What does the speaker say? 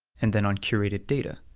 and then on curated data.